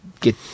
get